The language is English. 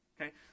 okay